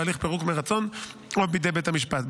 בהליך פירוק מרצון או בידי בית המשפט.